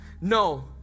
No